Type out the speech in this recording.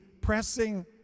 pressing